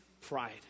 pride